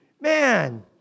Man